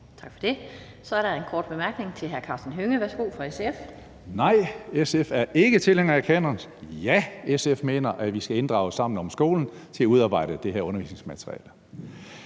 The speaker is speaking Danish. Tak for det. Så er der en kort bemærkning til hr. Karsten Hønge, SF. Værsgo. Kl. 11:31 Karsten Hønge (SF): Nej, SF er ikke tilhænger af kanoner. Ja, SF mener, at vi skal inddrage Sammen om skolen til at udarbejde det her undervisningsmateriale.